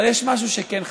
אבל יש משהו שכן חסר.